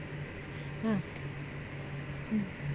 um mm